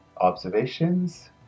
observations